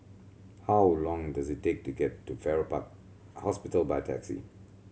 how long does it take to get to Farrer Park Hospital by taxi